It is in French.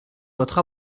votre